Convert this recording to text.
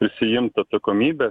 prisiimt atsakomybę